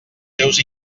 seus